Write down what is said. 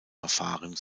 verfahren